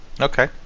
Okay